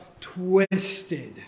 twisted